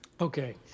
Okay